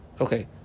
okay